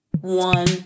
one